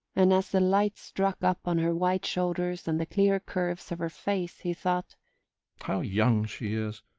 and as the light struck up on her white shoulders and the clear curves of her face he thought how young she is!